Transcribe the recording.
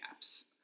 apps